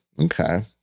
Okay